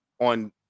on